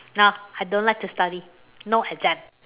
no I don't like to study no exam